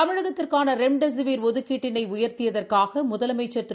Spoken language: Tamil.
தமிழகத்திற்கானரெம்டெசிவர் ஒதுக்கீட்டினைஉயர்த்தியதற்காகமுதலமைச்சர் திரு